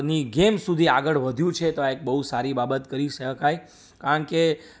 ની ગેમ સુધી આગળ વધ્યું છે તો આ એક બહુ સારી બાબત કહી શકાય કારણ કે